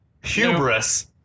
hubris